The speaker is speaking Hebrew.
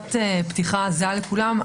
נקודת פתיחה זהה לכולם,